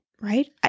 right